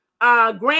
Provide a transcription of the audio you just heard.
grant